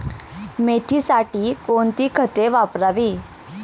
मेथीसाठी कोणती खते वापरावी?